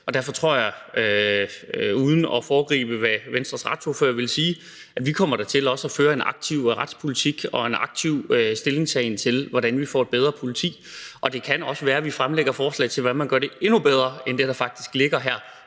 og derfor tror jeg, uden at foregribe, hvad Venstres retsordfører vil sige, at vi da også kommer til også at føre en aktiv retspolitik og have en aktiv stillingtagen til, hvordan vi får et bedre politi. Og det kan også være, at vi fremlægger forslag til, hvordan man gør det endnu bedre end det, der faktisk ligger her,